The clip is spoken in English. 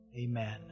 amen